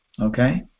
okay